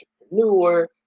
entrepreneur